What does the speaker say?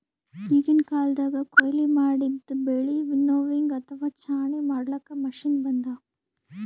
ಈಗಿನ್ ಕಾಲ್ದಗ್ ಕೊಯ್ಲಿ ಮಾಡಿದ್ದ್ ಬೆಳಿ ವಿನ್ನೋವಿಂಗ್ ಅಥವಾ ಛಾಣಿ ಮಾಡ್ಲಾಕ್ಕ್ ಮಷಿನ್ ಬಂದವ್